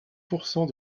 pourcent